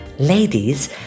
Ladies